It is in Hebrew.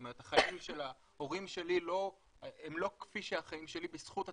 זאת אומרת החיים של ההורים שלי הם לא כפי שהחיים שלי בזכות הטכנולוגיה,